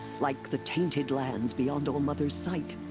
like the tainted lands beyond all-mother's sight.